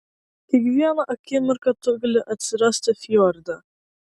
kiekvieną akimirką tu gali atsirasti fjorde